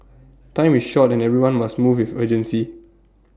time is short and everyone must move with urgency